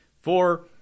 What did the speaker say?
four